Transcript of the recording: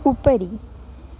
उपरि